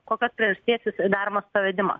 kokios priežasties jis daromas pavedimas